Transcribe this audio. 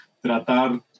tratar